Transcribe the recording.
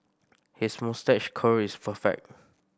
his moustache curl is perfect